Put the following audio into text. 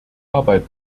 arbeit